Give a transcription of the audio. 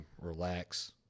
relax